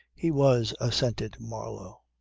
he was, assented marlow.